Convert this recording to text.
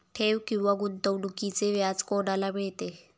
ठेव किंवा गुंतवणूकीचे व्याज कोणाला मिळते?